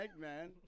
man